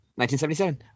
1977